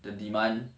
the demand